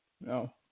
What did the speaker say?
No